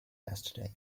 yesterday